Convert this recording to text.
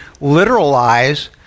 literalize